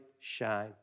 shine